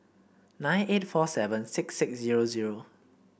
nine eight four seven six six zero zero